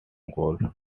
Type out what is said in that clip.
goal